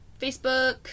Facebook